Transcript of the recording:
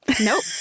Nope